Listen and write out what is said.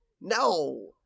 No